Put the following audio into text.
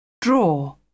Draw